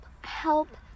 help